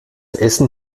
essen